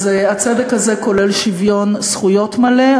אז הצדק הזה כולל שוויון זכויות מלא.